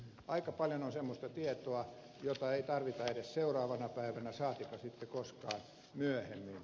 aika paljon on semmoista tietoa jota ei tarvita edes seuraavana päivänä saatikka sitten koskaan myöhemmin